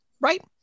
right